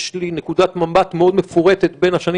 יש לי נקודת מבט מאוד מפורטת בין השנים